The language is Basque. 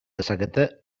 dezakete